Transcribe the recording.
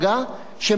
שמה עושה?